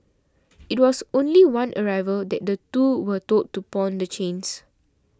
it was only one arrival that the two were told to pawn the chains